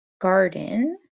garden